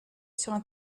sur